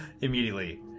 Immediately